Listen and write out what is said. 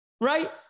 right